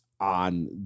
On